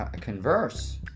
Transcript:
converse